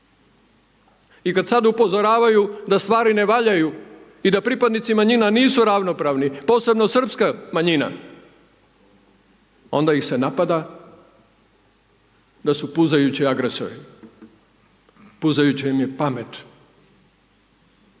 i kad sad upozoravaju da stvari ne valjaju i da pripadnici manjina nisu ravnopravni, posebno srpska manjina? Onda ih se napada da su puzajući agresori, puzajuća im je pamet,